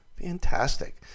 fantastic